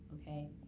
Okay